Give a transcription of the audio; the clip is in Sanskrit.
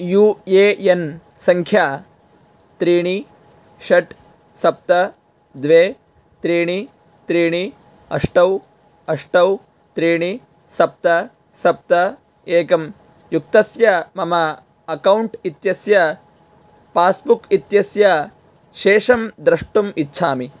यू ए एन् सङ्ख्या त्रीणि षट् सप्त द्वे त्रीणि त्रीणि अष्ट अष्ट त्रीणि सप्त सप्त एकम् युक्तस्य मम अक्कौण्ट् इत्यस्य पास्बुक् इत्यस्य शेषं द्रष्टुम् इच्छामि